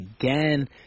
again